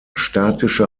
statische